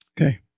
Okay